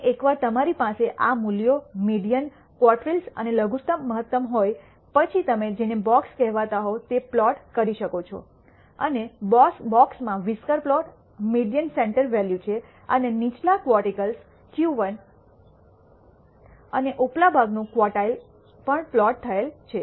અને એકવાર તમારી પાસે આ મૂલ્યો મીડીઅનક્વોર્ટિલ્સ અને લઘુત્તમ મહત્તમ હોય પછી તમે જેને બોક્સ કહેવાતા હો તે પ્લોટ કરી શકો છો અને બોક્સ માં whisker plot median centre value છે અને નીચલા ક્વોર્ટિલ્સ Q1 અને ઉપલા ભાગનું ક્વોર્ટિલ્સ પણ પ્લોટ થએલા છે